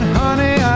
honey